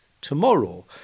tomorrow